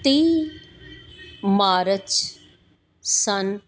ਤੀਹ ਮਾਰਚ ਸੰਨ